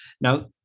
Now